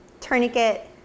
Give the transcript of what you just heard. tourniquet